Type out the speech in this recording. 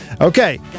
Okay